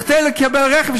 כדי לקבל רכב,